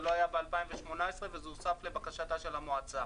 זה לא היה ב-2018 וזה הוסף לבקשתה של המועצה,